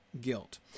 guilt